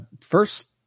first